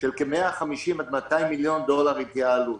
של כ-150 200 מיליון דולר התייעלות.